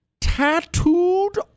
tattooed